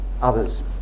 others